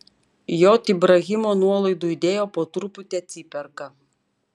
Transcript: j ibrahimo nuolaidų idėja po truputį atsiperka